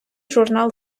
журнал